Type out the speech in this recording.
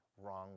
wrong